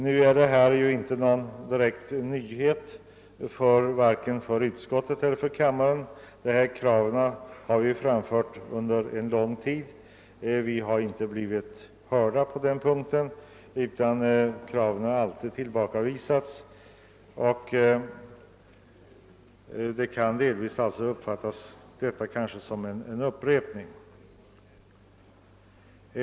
Detta krav är ju inte någon nyhet för vare sig utskottet eller kammaren — det är ett krav som framförts från oppositionens sida sedan lång tid tillbaka. Vi har emellertid inte blivit bönhörda, utan kravet har alltid tillbakavisats. Vad jag säger kan alltså delvis uppfattas som en upprepning.